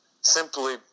simply